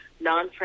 non